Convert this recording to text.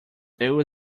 there